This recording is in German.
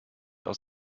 aus